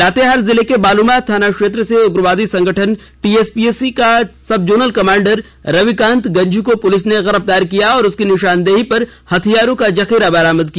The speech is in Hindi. लातेहार जिले के बालूमाथ थाना क्षेत्र से उग्रवादी संगठन टीएसपीसी का sub zonal commander Ravikant Ganjhu को पुलिस ने गिरफ़तार किया और उसकी निषानदेही पर हथियारों का जखीरा बरामद किया